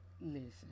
listen